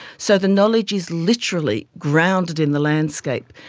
so the knowledge is literally grounded in the landscape.